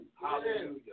Hallelujah